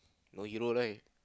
no hero right